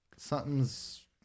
Something's